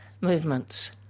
movements